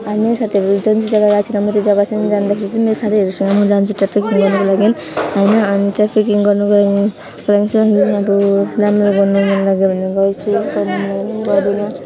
हामी मेरो साथीहरू जुन जग्गा गएको छैन म त्यो जगाहरू जाँदाखेरि चाहिँ मेरो साथीहरूसँग म जान्छु ट्राफिकिङ गर्नुको लागि होइन अनि ट्राफिकिङ गर्नुको लागि चाहिँ अनि अब राम्रो गर्नु मन लाग्यो भने गर्छु मन लागेन भने गर्दिनँ